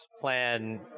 plan